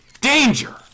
Danger